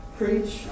preach